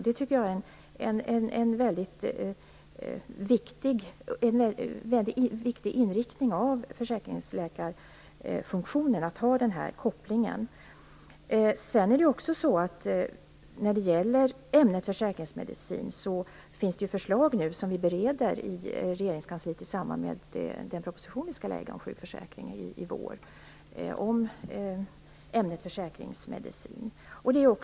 Jag tycker att det är en viktig inriktning vad gäller försäkringsläkarfunktionen att ha denna koppling. När det gäller ämnet försäkringsmedicin finns det förslag som nu bereds i Regeringskansliet. Det sker i samband med arbetet med den proposition som vi i vår skall lägga fram om sjukförsäkringen. Det gäller alltså ämnet försäkringsmedicin.